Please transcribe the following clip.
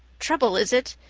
trouble, is it?